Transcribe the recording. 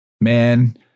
Man